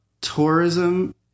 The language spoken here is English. tourism